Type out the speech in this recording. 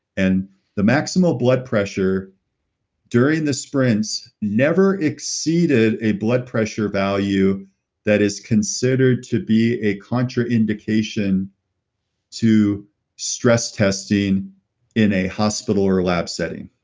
and the maximal blood pressure during the sprints never exceeded a blood pressure value that is considered to be a contraindication to stress testing in a hospital or a lab setting.